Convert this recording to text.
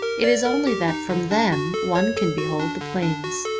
it is only that from them one can behold the plains.